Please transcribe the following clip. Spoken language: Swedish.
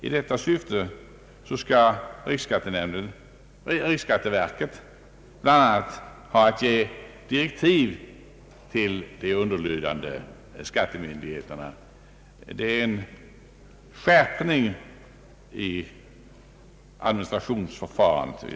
I detta syfte skall riksskatteverket bl.a. ha att ge direktiv till de underlydande skattemyndigheterna. Det är enligt min uppfattning en skärpning i administrationsförfarandet.